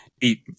eat